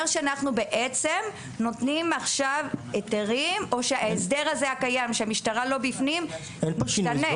שאנחנו נותנים עכשיו היתרים או שההסדר הקיים שהמשטרה לא בפנים משתנה.